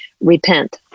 repent